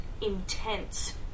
intense